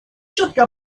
четко